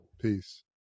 Peace